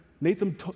Nathan